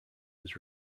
was